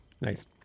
nice